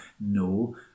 No